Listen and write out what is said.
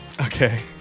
Okay